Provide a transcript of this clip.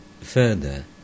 further